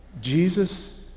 Jesus